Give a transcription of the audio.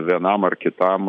vienam ar kitam